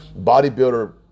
bodybuilder